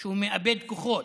שהוא מאבד כוחות,